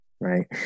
right